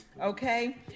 Okay